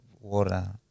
Water